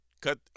Cut